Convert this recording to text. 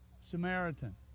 Samaritan